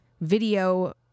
video